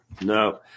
No